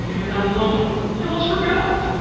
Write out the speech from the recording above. and you're not alone. i almost forgot.